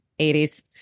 80s